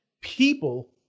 people